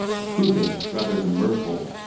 approving rather than mirthful,